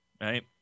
right